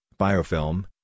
biofilm